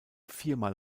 viermal